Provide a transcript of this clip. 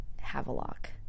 Havelock